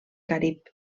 carib